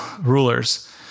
rulers